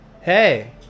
hey